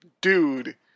dude